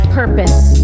purpose